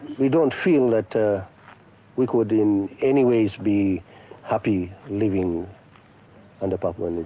we don't feel that ah we could in any ways be happy living under papua new